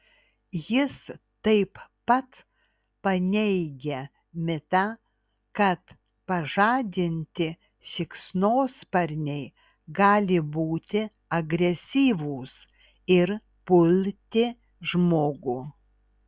jis taip pat paneigia mitą kad pažadinti šikšnosparniai gali būti agresyvūs ir pulti žmogų